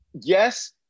yes